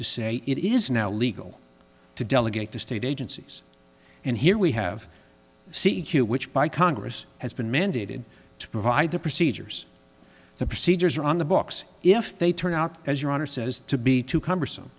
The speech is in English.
to say it is now legal to delegate to state agencies and here we have c q which by congress has been mandated to provide the procedures the procedures are on the books if they turn out as your honor says to be too cumbersome